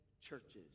churches